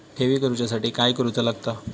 ठेवी करूच्या साठी काय करूचा लागता?